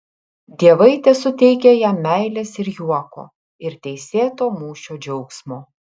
dievai tesuteikia jam meilės ir juoko ir teisėto mūšio džiaugsmo